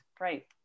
right